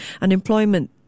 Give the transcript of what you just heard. Unemployment